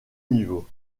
niveau